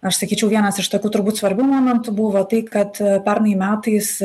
aš sakyčiau vienas iš tokių turbūt svarbiu momentu buvo tai kad pernai metais